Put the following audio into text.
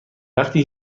وقتی